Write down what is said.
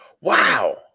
wow